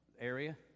area